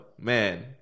man